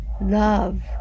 love